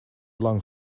lang